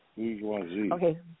okay